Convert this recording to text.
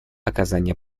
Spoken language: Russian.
оказание